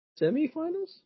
semifinals